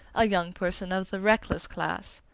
a young person of the reckless class.